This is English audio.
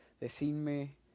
decirme